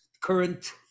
current